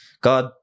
god